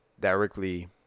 directly